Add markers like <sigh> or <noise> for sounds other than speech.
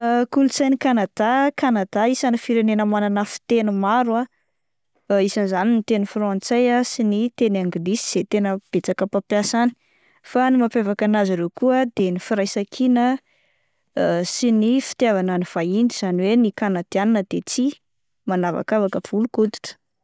<hesitation> Kolotsain'i Kanada, Kanada isan'ny firenena manan fiteny maro ah, <hesitation> isan'ny izany ny teny frantsay sy ny teny anglisy izay tena betsaka mpampiasa any, fa ny mampiavaka anazy ireo koa ah de ny firaisan-kina, <hesitation> sy ny fitiavana ny vahiny izany hoe ny kanadiana de tsy manavakavaka volon-koditra.